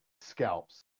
scalps